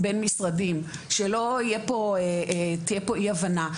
בין משרדים שלא תהיה פה אי הבנה,